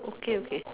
okay okay